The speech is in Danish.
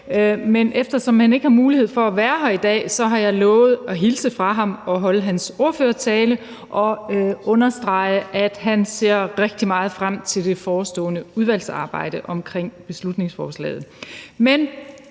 men eftersom han ikke har mulighed for at være her i dag, har jeg lovet at hilse fra ham og holde hans ordførertale og understrege, at han ser rigtig meget frem til det forestående udvalgsarbejde om beslutningsforslaget. Vi